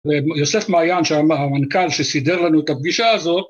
יוסף מעיין, המנכ״ל שסידר לנו את הפגישה הזאת